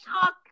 talk